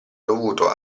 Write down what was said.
dovuto